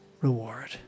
reward